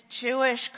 Jewish